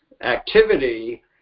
activity